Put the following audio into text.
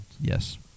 Yes